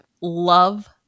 love